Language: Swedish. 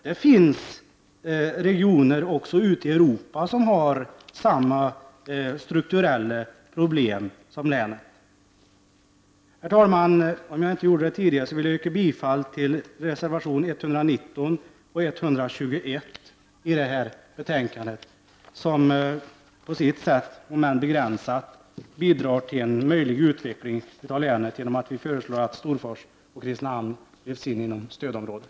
Det finns regioner även ute i Europa som har samma strukturella problem som vårt län. Herr talman! Om jag inte gjorde det tidigare, vill jag yrka bifall till reservationerna 119 och 121 till detta betänkande. De bidrar på sitt sätt, om än begränsat, till en möjlig utveckling av Värmlands län, genom att vi föreslår att Storfors och Kristinehamn lyfts in i stödområdet.